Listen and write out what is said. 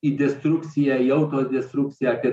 į destrukciją į auto destrukciją kaip